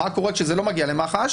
מה קורה כשזה לא מגיע למח"ש?